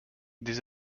des